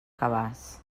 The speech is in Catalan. cabàs